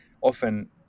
often